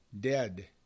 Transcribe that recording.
dead